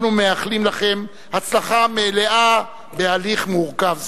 אנחנו מאחלים לכם הצלחה מלאה בהליך מורכב זה.